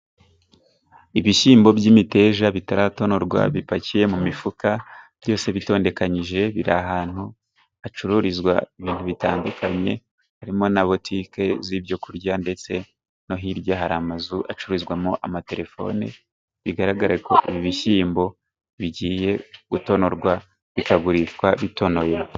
Ibishyimbo by'imiteja bitaratonorwa bipakiye mu mifuka byose bitondekanyije biri ahantu hacururizwa ibintu bitandukanye, harimo na butike z'ibyo kurya ndetse no hirya hari amazu acururizwamo ibikoresho by'itumanaho(telefone),bigaragarareko ibi bishyimbo bigiye gutonorwa bikagurishwa bitonoye.